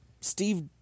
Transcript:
Steve